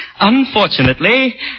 unfortunately